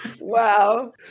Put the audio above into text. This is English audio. Wow